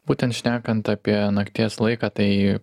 būtent šnekant apie nakties laiką tai